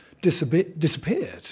disappeared